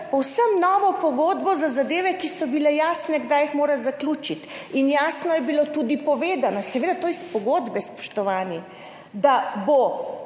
povsem novo pogodbo za zadeve, ki so bile jasne, kdaj jih mora zaključiti! In jasno je bilo tudi povedano, seveda to iz pogodbe, spoštovani, da bo